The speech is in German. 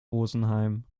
rosenheim